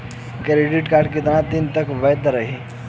Credit card कितना दिन तक वैध रही?